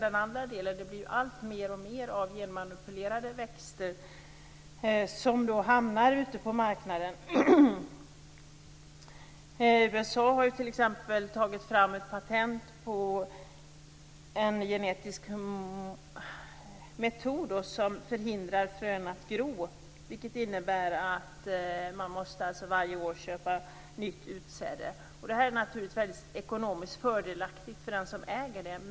Den andra delen är att det blir mer och mer av genmanipulerade växter som hamnar ute på marknaden. USA har t.ex. tagit fram ett patent på en genetisk metod som hindrar frön att gro. Det innebär alltså att man varje år måste köpa nytt utsäde. Det är naturligtvis väldigt ekonomiskt fördelaktigt för den som äger detta.